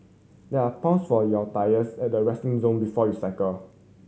there are pumps for your tyres at the resting zone before you cycle